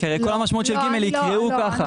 כי כל המשמעות של (ג) יקראו ככה.